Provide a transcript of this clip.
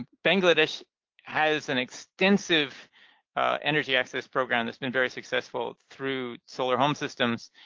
bangladesh has an extensive energy access program that's been very successful through solar home systems,